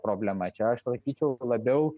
problema čia aš laikyčiau labiau